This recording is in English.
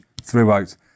throughout